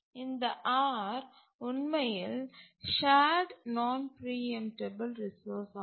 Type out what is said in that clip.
இந்த R உண்மையில் shared non preemptable resource ஆகும்